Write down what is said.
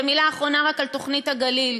ורק מילה אחרונה, על תוכנית הגליל.